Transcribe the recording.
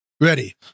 ready